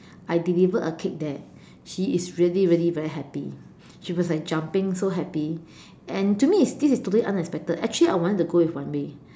I delivered a cake there she is really really very happy she was like jumping so happy and to me it's this is totally unexpected actually I wanted to go with Wan-Mei